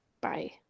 bye